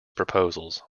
proposals